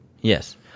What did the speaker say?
Yes